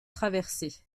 traversées